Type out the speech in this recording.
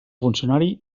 funcionari